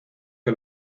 que